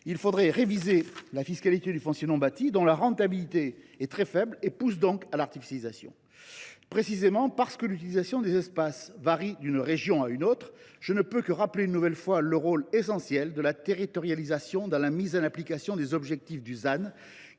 il faudrait réviser la fiscalité du foncier non bâti, dont la rentabilité est très faible et qui, de ce fait, favorise l’artificialisation. Précisément parce que l’utilisation des espaces varie d’une région à une autre, je ne puis que rappeler une nouvelle fois le rôle essentiel de la territorialisation dans la mise en œuvre des objectifs du ZAN.